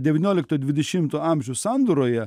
devyniolikto dvidešimto amžių sandūroje